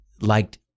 liked